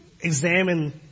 examine